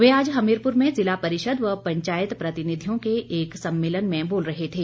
वे आज हमीरपुर में ज़िला परिषद व पंचायत प्रतिनिधियों के एक सम्मेलन में बोल रहे थे